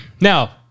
now